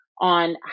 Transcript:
on